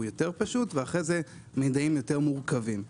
פשוט יותר ואחרי זה מידעים מורכבים יותר.